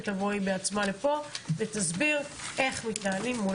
שתבוא היא בעצמה לפה ותסביר איך מתנהלים מול